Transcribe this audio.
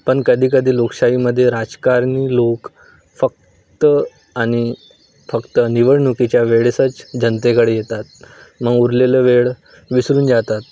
पण कधीकधी लोकशाहीमध्ये राजकारणी लोक फक्त आणि फक्त निवडणुकीच्या वेळेसच जनतेकडे येतात मग उरलेलं वेळ विसरून जातात